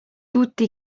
tutti